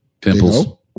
Pimples